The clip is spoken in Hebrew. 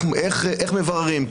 איך מבררים,